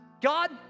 God